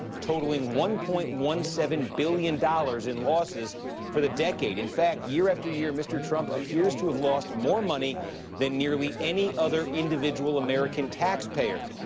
totaling one point one seven billion dollars in losses for the decade. in fact, year after year, mr. trump appears to have lost more money than nearly any other individual american taxpayer.